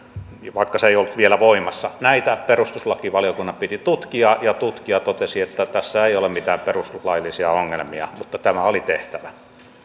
vaikka se ei ollut vielä voimassa näitä perustuslakivaliokunnan piti tutkia ja tutki ja totesi että tässä ei ole mitään perustuslaillisia ongelmia mutta tämä oli tehtävä